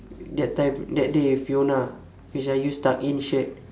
that time that day with fiona which I use tuck in shirt